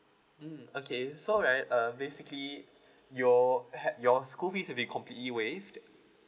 mm okay so right err basically your had your school will be completely waive